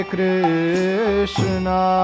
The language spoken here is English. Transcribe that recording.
Krishna